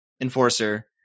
enforcer